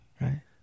right